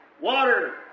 water